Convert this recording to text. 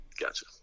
gotcha